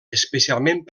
especialment